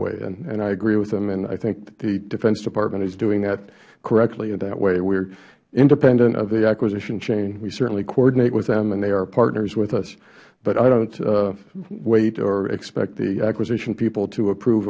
way i agree with them and i think the defense department is doing that correctly that way we are independent of the acquisition chain we certainly coordinate with them and they are partners with us but i dont wait or expect the acquisition people to approve